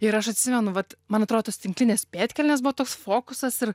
ir aš atsimenu vat man atrodo tos tinklinės pėdkelnės buvo tas fokusas ir